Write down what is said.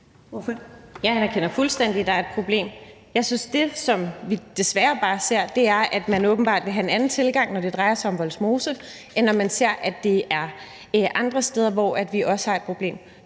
Jeg anerkender fuldstændig, at der er et problem. Jeg synes, at det, som vi desværre bare ser, er, at man åbenbart vil have en anden tilgang, når det drejer sig om Vollsmose, end når man ser det andre steder, hvor vi også har et problem.